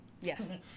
Yes